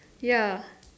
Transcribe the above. ya